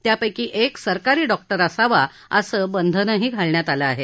त्यांपैकी एक सरकारी डॉक्टर असावा असं बंधनही घातलं आहे